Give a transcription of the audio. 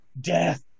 death